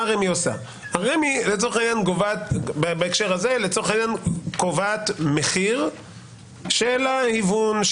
רמ"י לצורך העניין בהקשר הזה קובעת מחיר של היוון,